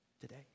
today